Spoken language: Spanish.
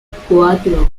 cuatro